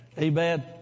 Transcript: amen